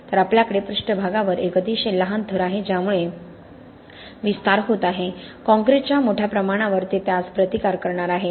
तर आपल्याकडे पृष्ठभागावर एक अतिशय लहान थर आहे ज्यामुळे विस्तार होत आहे काँक्रीटच्या मोठ्या प्रमाणावर ते त्यास प्रतिकार करणार आहे